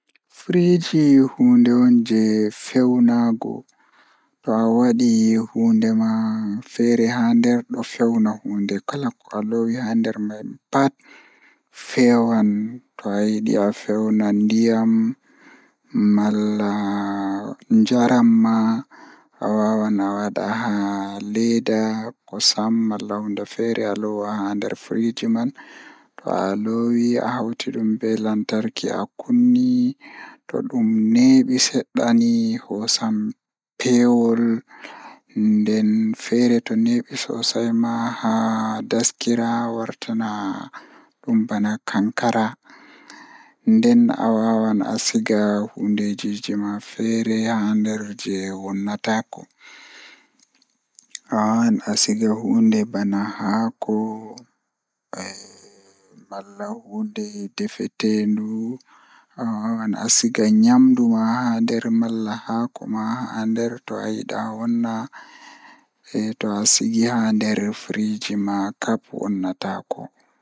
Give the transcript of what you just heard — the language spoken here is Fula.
Kaameral digital o waɗa naŋŋude feewnde e hoore. Ko rewɓe sabu laawol ko rewɓe nder ɗum sabu waɗa fiyaangu. Ko kaameral ngal foti laawol fiyaangu. Ko laawol maɓɓe njiddaade maɓɓe fiyaangu. A taara fiyaangu ngal rewɓe laawol ngal fiyaangu, kaamera o njiddaade fayaangu njiddaade fiyaangu sabu ngal.